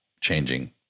changing